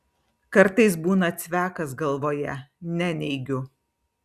kartais būna cvekas galvoje neneigiu